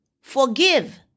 forgive